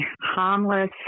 harmless